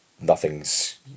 nothing's